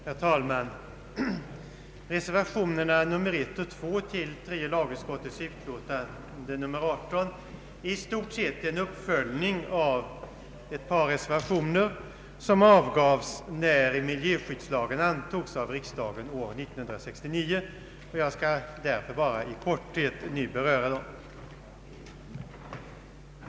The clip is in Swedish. Herr talman! Reservationerna I och II till tredje lagutskottets utlåtande nr 18 är i stort sett en uppföljning av ett par reservationer som avgavs när miljöskyddslagen antogs av riksdagen år 1969, och jag skall därför bara i korthet nu beröra dem.